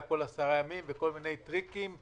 כל עשרה ימים וכל מיני טריקים ושטיקים.